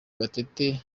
gatete